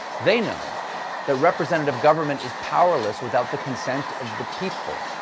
they know that representative government is powerless without the consent of the people.